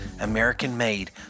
American-made